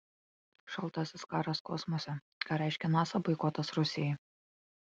šaltasis karas kosmose ką reiškia nasa boikotas rusijai